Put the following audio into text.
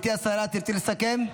גברתי השרה, תרצי לסכם?